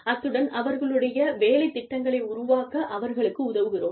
அத்துடன் அவர்களுடைய வேலைத் திட்டங்களை உருவாக்க அவர்களுக்கு உதவுகிறோம்